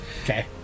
Okay